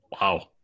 Wow